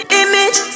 image